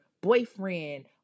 boyfriend